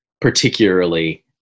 particularly